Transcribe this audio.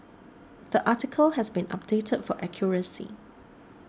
the article has been updated for accuracy